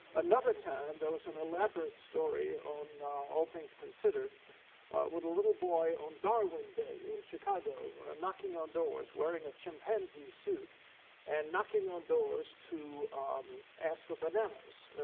another time, there was an elaborate story on all things considered with a little boy on darwin day in chicago knocking on doors wearing a chimpanzee suit and knocking on doors to ask for bananas,